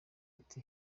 ati